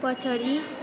पछाडि